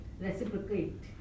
reciprocate